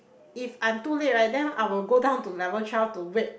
if I'm too late right then I will go down to level twelve to wait